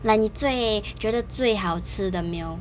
那你最觉得最好吃的 meal